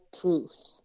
truth